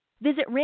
Visit